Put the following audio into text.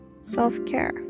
self-care